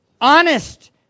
Honest